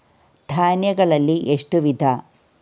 ಧಾನ್ಯಗಳಲ್ಲಿ ಎಷ್ಟು ವಿಧ?